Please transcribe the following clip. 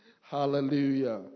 Hallelujah